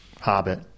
Hobbit